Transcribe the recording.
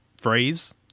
phrase